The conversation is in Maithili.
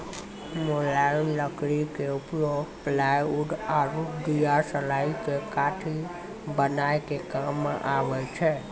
मुलायम लकड़ी के उपयोग प्लायउड आरो दियासलाई के काठी बनाय के काम मॅ आबै छै